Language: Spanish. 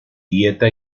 dieta